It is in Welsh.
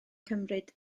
cymryd